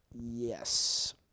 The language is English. Yes